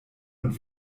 und